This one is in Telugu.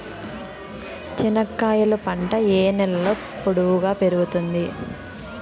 చెనక్కాయలు పంట ఏ నేలలో పొడువుగా పెరుగుతుంది?